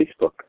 Facebook